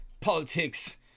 Politics